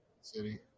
City